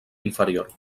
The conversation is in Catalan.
inferior